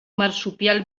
marsupial